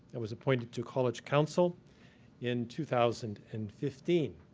i was appointed to college council in two thousand and fifteen.